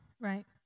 Right